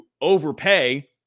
overpay